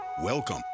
Welcome